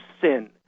sin